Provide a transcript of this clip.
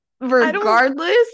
regardless